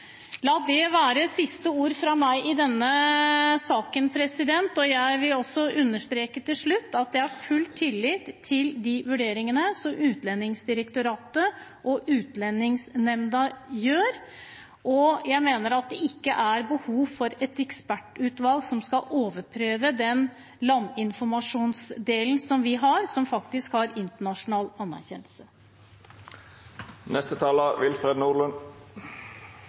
La det være siste ord fra meg i denne saken. Jeg vil understreke til slutt at jeg har full tillit til de vurderingene som Utlendingsdirektoratet og Utlendingsnemnda gjør. Jeg mener at det ikke er behov for et ekspertutvalg som skal overprøve den landinformasjonsdelen som vi har, og som faktisk har internasjonal anerkjennelse.